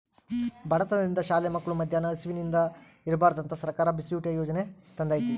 ಬಡತನದಿಂದ ಶಾಲೆ ಮಕ್ಳು ಮದ್ಯಾನ ಹಸಿವಿಂದ ಇರ್ಬಾರ್ದಂತ ಸರ್ಕಾರ ಬಿಸಿಯೂಟ ಯಾಜನೆ ತಂದೇತಿ